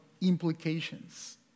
implications